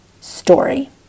story